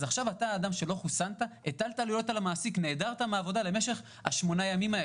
אז אתה שלא חוסנת הטלת את העלויות על המעסיק במשך שמונה ימים.